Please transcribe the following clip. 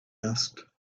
asked